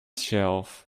shelf